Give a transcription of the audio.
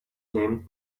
names